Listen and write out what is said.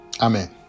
Amen